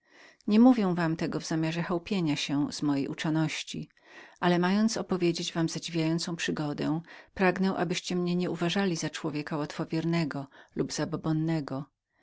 nie mówię wam tego w zamiarze chełpienia się z mojej uczoności ale mając opowiedzieć wam zadziwiającą przygodę pragnę abyście mnie nie uważali za człowieka łatwowiernego lub zabobownegozabobonnego tak